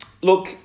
Look